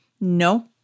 No